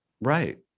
Right